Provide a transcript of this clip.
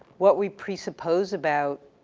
what we presuppose about